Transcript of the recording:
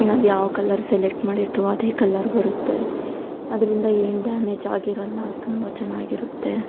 ನಾವು ಯಾವ colour select ಮಾಡಿರ್ತೀವೋ ಅದೇ ಕಲರ್ ಬರುತ್ತೆ ಅದರಿಂದ ಏನು ಡ್ಯಾಮೇಜ್ ಆಗಿರಲ್ಲ ತುಂಬ ಚೆನ್ನಾಗಿರುತ್ತೆ